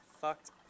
Fucked